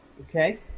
Okay